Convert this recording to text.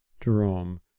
Jerome